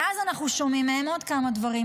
ואז אנחנו שומעים מהם עוד כמה דברים,